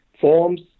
forms